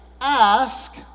ask